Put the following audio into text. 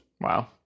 Wow